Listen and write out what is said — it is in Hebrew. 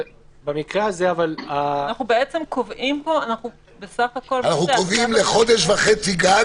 אנחנו בעצם קובעים פה --- אנחנו קובעים לחודש וחצי גג,